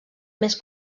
més